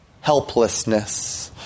helplessness